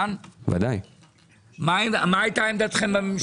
מה הייתה עמדתכם בממשלה?